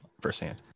firsthand